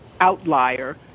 outlier